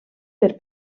per